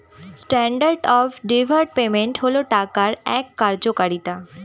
standard of deferred payment হল টাকার এক কার্যকারিতা